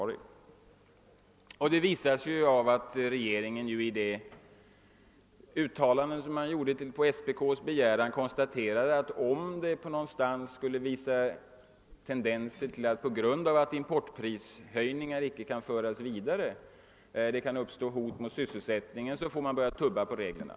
Det visar sig redan i och med att regeringen i det uttalande man gjort på SPK:s begäran konstaterat att om det någonstans skulle, på grund av att importprishöjningar inte kan föras vidare, uppstå hot mot sysselsättningen, så får man börja tumma på reglerna.